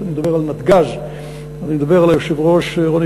כשאני מדבר על נתג"ז אני מדבר על היושב-ראש רוני